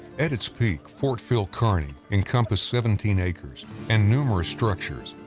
at its peak, fort phil kearny encompassed seventeen acres and numerous structures,